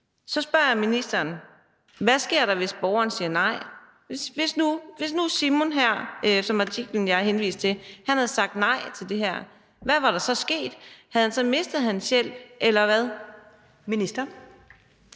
Så spørger jeg ministeren: Hvad sker der, hvis borgeren siger nej? Hvis nu Simon her, som er i artiklen, som jeg har henvist til, havde sagt nej til det her, hvad var der så sket? Havde han så mistet sin hjælp, eller hvad? Kl.